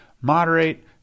moderate